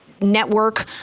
network